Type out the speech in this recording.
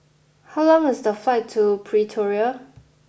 how long is the flight to Pretoria